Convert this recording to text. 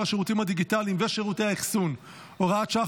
השירותים הדיגיטליים ושירותי האחסון (הוראת שעה,